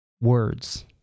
words